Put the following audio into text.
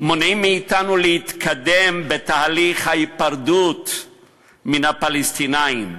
מונעים מאתנו להתקדם בתהליך ההיפרדות מן הפלסטינים,